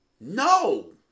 No